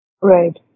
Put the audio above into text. Right